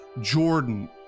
Jordan